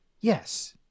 Yes